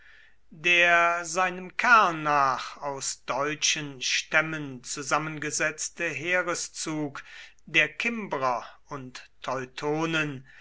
der seinem kern nach aus deutschen stämmen zusammengesetzte heereszug der kimbrer und teutonen